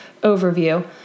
overview